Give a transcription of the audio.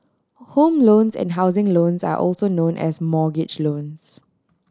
home loans and housing loans are also known as mortgage loans